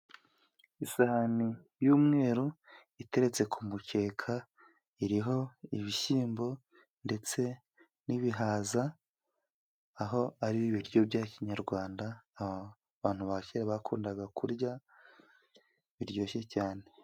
Isahani y'umweru, iteretse ku mukeka, iriho ibishyimbo ndetse n'ibihaza, aho ari ibiryo bya kinyarwanda, abantu ba kera bakundaga kurya biryoshye cyane.